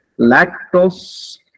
lactose